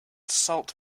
salt